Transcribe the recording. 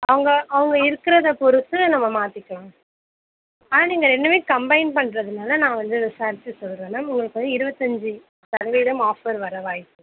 அவங்க அவங்க இருக்கிறத பொறுத்து நம்ம மாற்றிக்கலாம் ஆனால் நீங்கள் ரெண்டுமே கம்பைன் பண்ணுறதுனால நான் வந்து விசாரிச்சு சொல்கிறேன் மேம் உங்களுக்கு வந்து இருபத்தஞ்சி சதவீதம் ஆஃபர் வரை வாய்ப்பு